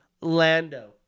Lando